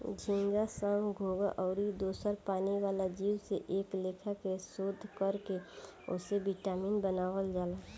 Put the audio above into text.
झींगा, संख, घोघा आउर दोसर पानी वाला जीव से कए लेखा के शोध कर के ओसे विटामिन बनावल जाला